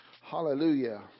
hallelujah